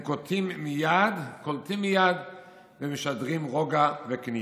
הם קולטים מיד ומשדרים רוגע וכניעה.